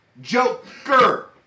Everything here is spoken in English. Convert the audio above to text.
Joker